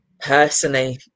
personally